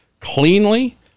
cleanly